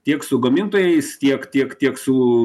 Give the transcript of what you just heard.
tiek su gamintojais tiek tiek tiek su